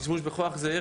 כי שימוש בכוח זה,